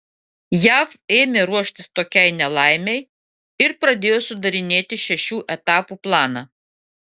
jav ėmė ruoštis tokiai nelaimei ir pradėjo sudarinėti šešių etapų planą